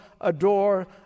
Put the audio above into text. adore